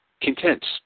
Contents